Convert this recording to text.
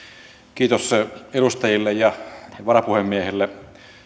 kiitos edustajille ja varapuhemiehelle